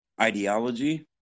ideology